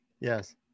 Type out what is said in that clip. Yes